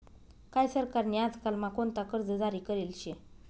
काय सरकार नी आजकाल म्हा कोणता कर्ज जारी करेल शे